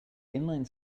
inline